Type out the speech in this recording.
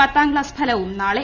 പത്താം ക്ലാസ് ഫലവും നാളെ